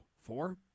Four